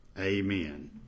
Amen